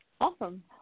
Awesome